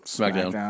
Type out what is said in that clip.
Smackdown